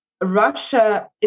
Russia